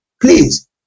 Please